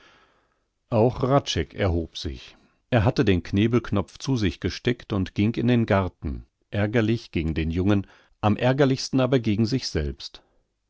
auch hradscheck erhob sich er hatte den knebelknopf zu sich gesteckt und ging in den garten ärgerlich gegen den jungen am ärgerlichsten aber gegen sich selbst